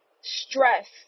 stress